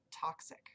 toxic